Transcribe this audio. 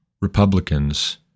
Republicans